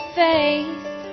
face